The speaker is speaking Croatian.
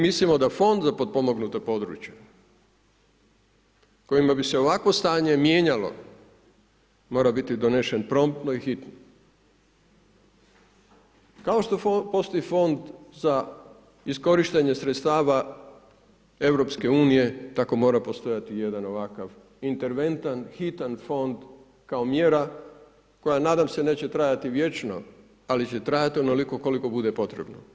Mi mislimo da Fond za potpomognuta područja kojima bi se ovakvo stanje mijenjalo, mora biti donesen promptno i hitno kao što postoji Fond za iskorištenje sredstava Europske unije, tako mora postojati jedan ovakav interventan, hitan fond kao mjera koja nadam se neće trajati vječno, ali će trajati onoliko koliko bude potrebno.